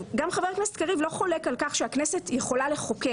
גם חברת הכנסת קריב לא חולק על כך שהכנסת יכולה לחוקק